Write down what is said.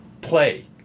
play